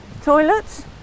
toilets